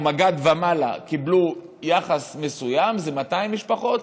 או מג"ד ומעלה, קיבלו יחס מסוים, זה 200 משפחות,